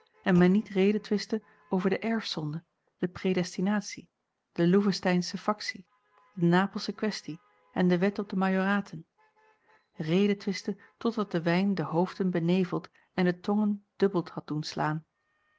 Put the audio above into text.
en men niet redetwistte over de erfzonde de praedestinatie de loevesteinsche faktie de napelsche questie en de wet op de majoraten redetwistte totdat de wijn de hoofden beneveld en de tongen dubbeld had doen slaan